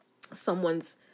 someone's